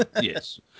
Yes